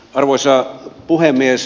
arvoisa puhemies